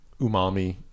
umami